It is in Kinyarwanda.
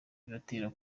bibatera